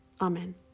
Amen